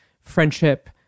friendship